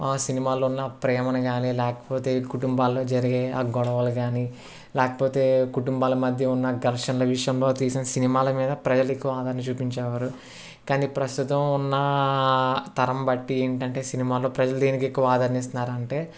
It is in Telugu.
సినిమాలో ఉన్న ప్రేమను కాని లేకపోతే కుటుంబాల్లో జరిగే ఆ గొడవలు కాని లేకపోతే కుటుంబాల మధ్య ఉన్న ఘర్షణ విషయంలో తీసిన సినిమాల మీద ప్రజలు ఎక్కువ ఆదరణ చూపించేవారు కానీ ప్రస్తుతం ఉన్న తరంబట్టి ఏంటంటే సినిమాల్లో ప్రజలు దేనికి ఎక్కువ ఆదరణ ఇస్తున్నారు అంటే